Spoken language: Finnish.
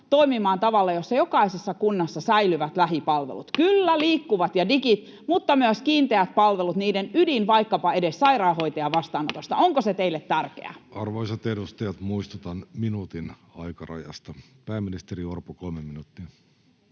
toimimaan tavalla, jossa jokaisessa kunnassa säilyvät lähipalvelut, kyllä liikkuvat ja digit, mutta myös kiinteät palvelut, niiden ydin, vaikkapa edes sairaanhoitajan vastaanotosta? Onko se teille tärkeää? Arvoisat edustajat, muistutan minuutin aikarajasta. — Pääministeri Orpo, kolme minuuttia.